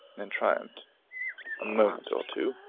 and triumphed a moment or two.